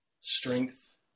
strength